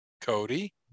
cody